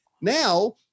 Now